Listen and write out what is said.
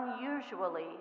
unusually